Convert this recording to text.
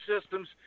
systems